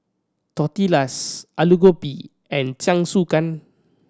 Tortillas Alu Gobi and Jingisukan